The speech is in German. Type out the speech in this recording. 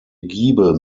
giebel